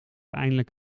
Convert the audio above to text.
eindelijk